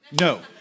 No